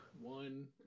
one